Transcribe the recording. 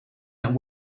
there